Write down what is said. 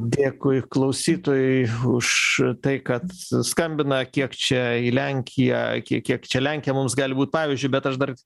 dėkui klausytojui už tai kad skambina kiek čia į lenkiją kie kiek čia lenkija mums gali būt pavyzdžiui bet aš dar